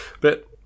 But-